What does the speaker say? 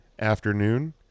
afternoon